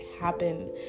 happen